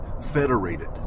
federated